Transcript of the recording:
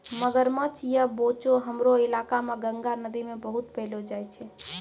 मगरमच्छ या बोचो हमरो इलाका मॅ गंगा नदी मॅ बहुत पैलो जाय छै